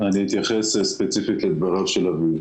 אני אתייחס ספציפית לדבריו של אביב.